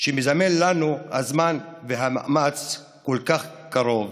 לנו הזמן, והמאמץ הכל-כך קרוב,